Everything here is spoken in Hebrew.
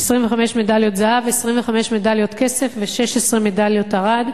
25 מדליות זהב, 25 מדליות כסף ו-16 מדליות ארד.